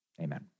Amen